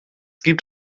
gibt